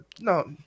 No